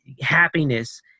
happiness